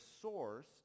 source